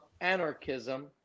anarchism